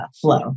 flow